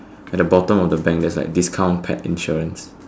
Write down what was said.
at the bottom of the bank there's like discount pet insurance